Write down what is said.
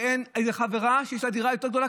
או איזו חברה שיש לה דירה יותר גדולה,